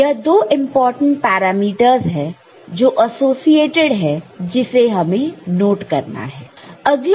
तो यह दो इंपॉर्टेंट पैरामीटर्स है जो एसोसिएटेड है जिसे हमें नोट करना है